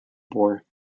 bore